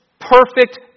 perfect